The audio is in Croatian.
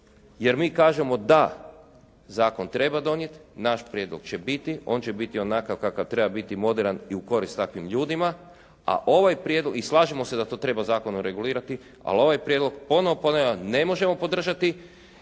jer mi kažemo da, zakon treba donijeti, naš prijedlog će biti. On će biti onakav kakav treba biti moderan i u korist takvim ljudima, a ovaj prijedlog i slažemo se da to treba zakonom regulirati. Ali ovaj prijedlog ponovno ponavljam ne možemo podržati